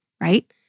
right